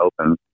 open